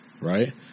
right